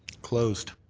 closed.